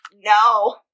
No